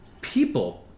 people